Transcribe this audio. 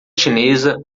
chinesa